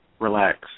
relax